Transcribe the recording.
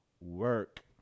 work